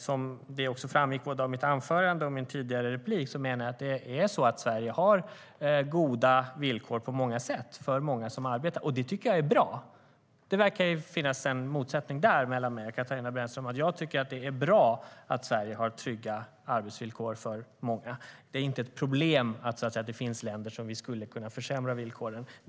Som framgick av mitt anförande och min tidigare replik menar jag att Sverige har goda villkor på många sätt för många som arbetar, och det tycker jag är bra. Det verkar finnas en motsättning där mellan mig och Katarina Brännström, att jag tycker att det är bra att Sverige har trygga arbetsvillkor för många. Det är inte ett problem att det finns länder som har sämre villkor och som vi skulle kunna anpassa oss efter.